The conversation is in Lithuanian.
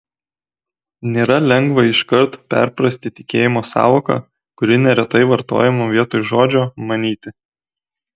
nėra lengva iškart perprasti tikėjimo sąvoką kuri neretai vartojama vietoj žodžio manyti